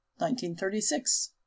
1936